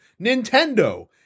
Nintendo